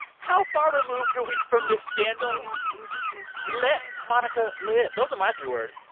how far removed are we from this can and you know can we just move on? let and monica live. those are my three words.